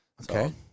Okay